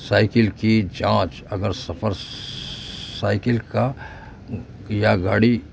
cycle کی جانچ اگر سفر سائیکل کا یا گاڑی